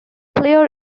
player